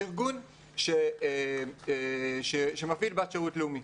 ארגון שמפעיל בת שירות לאומי,